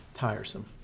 tiresome